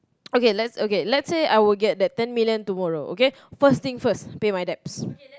okay lets okay let's say I would get that ten million tomorrow okay first thing first pay my debts